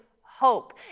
hope